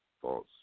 false